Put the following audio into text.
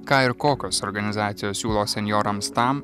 ką ir kokios organizacijos siūlo senjorams tam